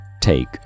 take